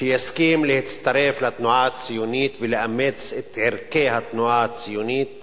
שיסכים להצטרף לתנועה הציונית ולאמץ את ערכי התנועה הציונית